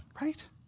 right